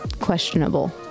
questionable